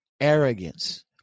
arrogance